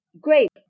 Great